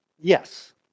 yes